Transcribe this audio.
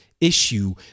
issue